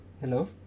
hello